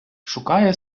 шукає